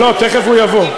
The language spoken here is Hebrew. לא, תכף הוא יבוא.